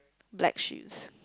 black shoes